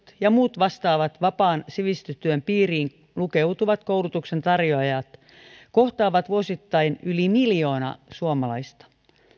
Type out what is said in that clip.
ja muut vastaavat vapaan sivistystyön piiriin lukeutuvat koulutuksen tarjoajat kohtaavat vuosittain yli miljoona suomalaista